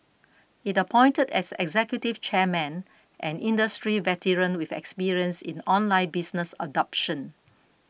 it appointed as executive chairman an industry veteran with experience in online business adoption